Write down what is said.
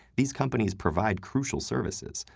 these companies provide crucial services,